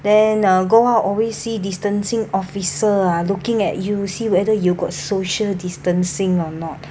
then uh go out always see distancing officer ah looking at you see whether you got social distancing